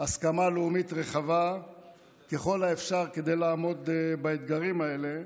הסכמה לאומית רחבה ככל האפשר כדי לעמוד באתגרים האלה,